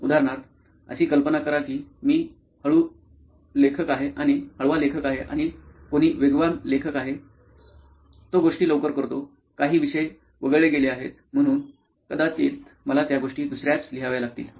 उदाहरणार्थ अशी कल्पना करा की मी हळू लेखक आहे आणि कोणी वेगवान लेखक आहे तो गोष्टी लवकर करतो काही विषय वगळले गेले आहेत म्हणून कदाचित मला त्या गोष्टी दुसर्याच लिहाव्या लागतील